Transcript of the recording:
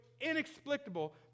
inexplicable